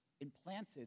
implanted